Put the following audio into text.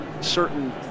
certain